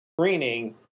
screening